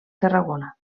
tarragona